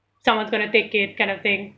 someone's going to take it kind of thing